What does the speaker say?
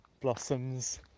blossoms